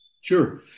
Sure